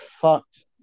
fucked